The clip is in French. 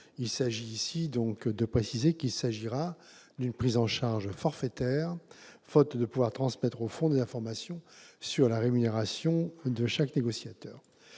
amendement vise à préciser qu'il s'agira d'une prise en charge forfaitaire, faute de pouvoir transmettre au Fonds des informations sur la rémunération de chaque négociateur.